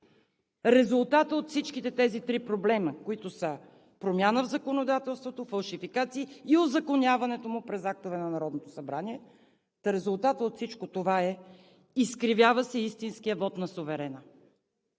Резултатът от всичките тези три проблема, които са: промяна в законодателството, фалшификации и узаконяването им през актове на Народното събрание, та резултатът от всичко това е: изкривява се истинският вот на суверена,